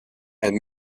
and